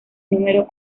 número